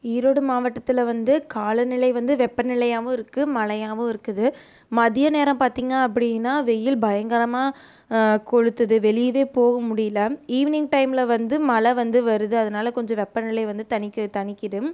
ஈரோடு மாவட்டத்தில் வந்து காலநிலை வந்து வெப்பநிலையாகவும் இருக்கு மழையாகவும் இருக்குது மதிய நேரம் பார்த்திங்க அப்படினா வெயில் பயங்கரமாக கொளுத்துது வெளியவே போக முடியல ஈவினிங் டைம்மில் வந்து மழை வந்து வருது அதனால கொஞ்சம் வெப்ப நிலை வந்து தனிக்கு தனிக்கிது